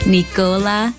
Nicola